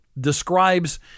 describes